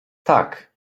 tak